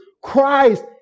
Christ